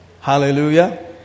Hallelujah